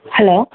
hello